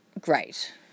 great